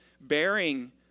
Bearing